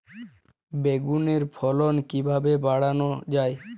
বেগুনের ফলন কিভাবে বাড়ানো যায়?